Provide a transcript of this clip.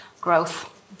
growth